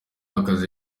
akazi